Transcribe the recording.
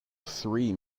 three